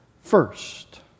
first